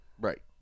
right